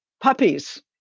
puppies